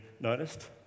noticed